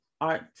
art